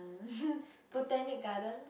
Botanic-Garden